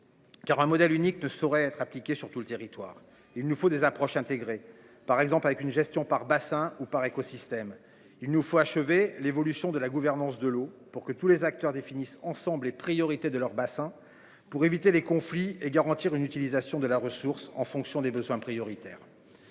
Car un modèle unique ne saurait être appliquée sur tout le territoire, il nous faut des approches intégrées par exemple avec une gestion par bassin ou par écosystème. Il nous faut achever l'évolution de la gouvernance de l'eau pour que tous les acteurs définissent ensemble les priorités de leur bassin pour éviter les conflits et garantir une utilisation de la ressource, en fonction des besoins prioritaires.